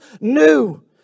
new